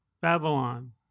Babylon